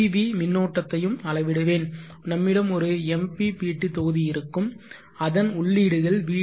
we மின்னோட்டத்தையும் அளவிடுவேன் நம்மிடம் ஒரு MPPT தொகுதி இருக்கும் அதன் உள்ளீடுகள் Vt